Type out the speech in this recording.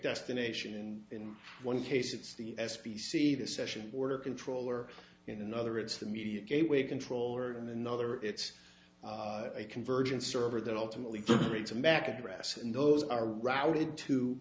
destination in one case it's the s p c the session order controller in another it's the media gateway controller and another it's a convergent server that ultimately free to mac address and those are routed to